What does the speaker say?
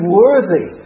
worthy